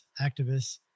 Activists